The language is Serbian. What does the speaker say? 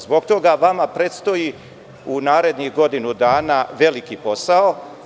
Zato vama predstoji u narednih godinu dana veliki posao.